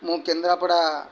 ମୁଁ କେନ୍ଦ୍ରାପଡ଼ା